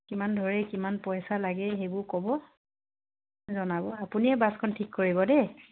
কিমান ধৰে কিমান পইচা লাগে সেইবোৰ ক'ব জনাব আপুনিয়ে বাছখন ঠিক কৰিব দেই